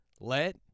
Let